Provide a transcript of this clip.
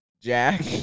Jack